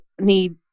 need